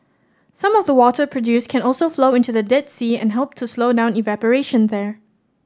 some of the water produced can also flow into the Dead Sea and help to slow down evaporation there